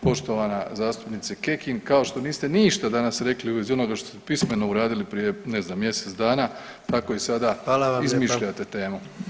Poštovana zastupnice Kekin, kao što niste ništa danas rekli u vezi onoga što ste pismeno uradili prije ne znam mjesec dana, tako i sada [[Upadica predsjednik: Hvala vam lijepa.]] izmišljate temu.